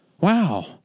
Wow